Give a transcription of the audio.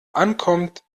ankommt